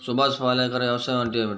సుభాష్ పాలేకర్ వ్యవసాయం అంటే ఏమిటీ?